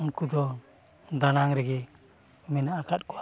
ᱩᱱᱠᱩ ᱫᱚ ᱫᱟᱱᱟᱝ ᱨᱮᱜᱮ ᱢᱮᱱᱟᱜ ᱟᱠᱟᱫ ᱠᱚᱣᱟ